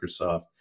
Microsoft